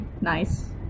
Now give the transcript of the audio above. nice